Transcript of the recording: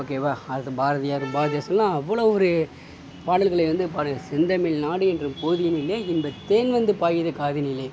ஓகேவா அதுக்கு பாரதியார் பாரதிதாசன்லாம் அவ்வளோ ஒரு பாடல்கள வந்து பாடுனாங்கள் செந்தமிழ் நாடெனும் போதினிலே இன்பம் தேன்வந்து பாயுது காதுனிலே